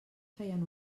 feien